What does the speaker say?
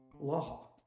law